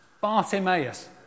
Bartimaeus